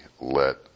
let